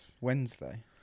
Wednesday